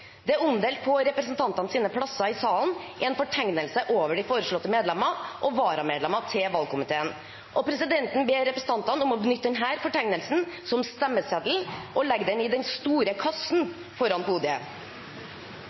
Det er på representantenes plasser i salen omdelt en fortegnelse over de foreslåtte medlemmer og varamedlemmer av valgkomiteen. Presidenten ber representantene om å benytte denne fortegnelsen som stemmeseddel og legge den i den store